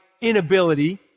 inability